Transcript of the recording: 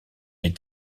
est